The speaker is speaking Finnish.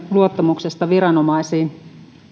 luottamuksesta viranomaisiin